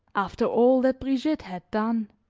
after all that brigitte had done,